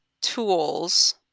tools